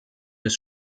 des